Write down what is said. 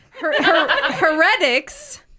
Heretics